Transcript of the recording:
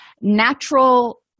natural